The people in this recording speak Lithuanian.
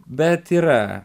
bet yra